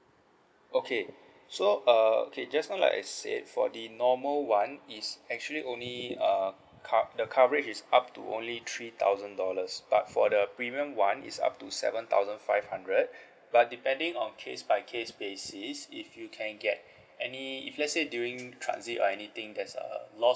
okay so uh okay just now like I said for the normal [one] is actually only err cov~ the coverage is up to only three thousand dollars but for the premium [one] is up to seven thousand five hundred but depending on case by case basis if you can get any if let's say during transit or anything there's a loss